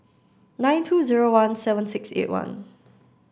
nine two zero one seven six eight one